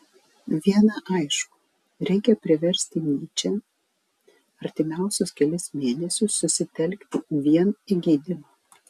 viena aišku reikia priversti nyčę artimiausius kelis mėnesius susitelkti vien į gydymą